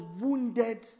wounded